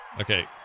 Okay